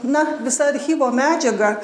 na visa archyvo medžiaga